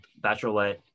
Bachelorette